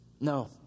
No